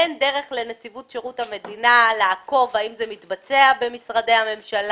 אין דרך לנציבות שירות המדינה לעקוב האם זה מתבצע במשרדי הממשלה,